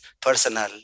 personal